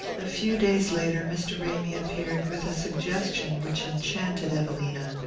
a few days later mr. ramy appeared with a suggestion which enchanted evelina.